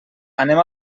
anem